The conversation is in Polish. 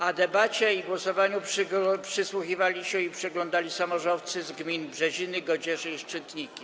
A debacie i głosowaniu przysłuchiwali się i przyglądali samorządowcy z gmin Brzeziny, Godziesze i Szczytniki.